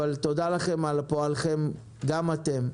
אבל תודה לכם על פועלכם גם אתם.